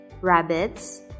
Rabbits